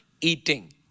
eating